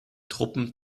truppen